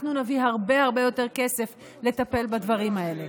אנחנו נביא הרבה הרבה יותר כסף לטפל בדברים האלה.